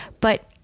But-